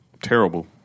terrible